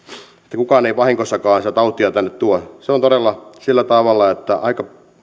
että kukaan ei vahingossakaan sitä tautia tänne tuo se on todella sillä tavalla että aika